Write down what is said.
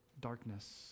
darkness